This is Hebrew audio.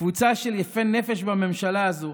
קבוצה של יפי נפש בממשלה הזו,